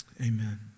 amen